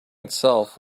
itself